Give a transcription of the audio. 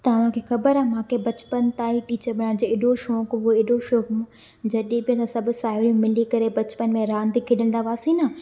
तव्हांखे ख़बरु आहे मूंखे बचपन ताईं टीचर बणण जो एॾो शौक़ु हुओ एॾो शौक़ु हुओ जॾहिं पंहिंजो सभु साहेड़ियूं मिली करे बचपन में रांदि खेॾंदा हुआसीं न